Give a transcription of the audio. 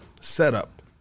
setup